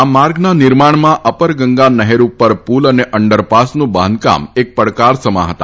આ માર્ગના નિર્માણમાં અપરગંગા નહેર ઉપર પુલ અને અંડરપાસનું બાંધકામ એક પડકાર સમા હતા